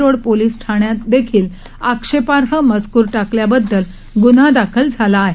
road police ठाण्यात देखील आक्षेपार्ह मजकूर टाकल्याबद्दल ग्न्हा दाखल झाला आहे